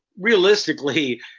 realistically